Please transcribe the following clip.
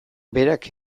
berak